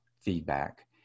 feedback